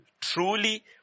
truly